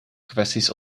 kwesties